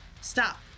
stop